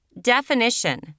Definition